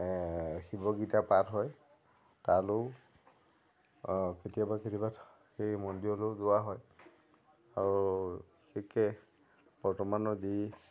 শিৱ গীতা পাঠ হয় তালৈও কেতিয়াবা কেতিয়াবা সেই মন্দিৰলৈও যোৱা হয় আৰু বিশেষকৈ বৰ্তমানৰ যি